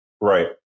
right